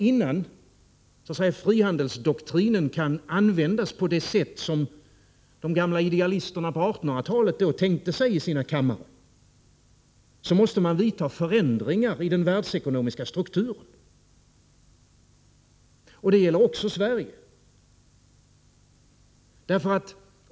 Innan frihandelsdoktrinen kan användas på det sätt som de gamla idealisterna på 1800-talet tänkte sig i sina kammare, måste man därför göra förändringar i den världsekonomiska strukturen. Det gäller också Sverige.